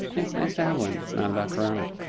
it's nice to have one that's not about corona.